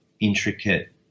intricate